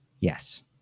Yes